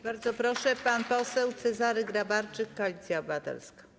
Bardzo proszę, pan poseł Cezary Grabarczyk, Koalicja Obywatelska.